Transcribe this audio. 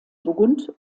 burgund